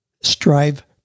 strive